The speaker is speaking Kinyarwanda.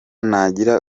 nagira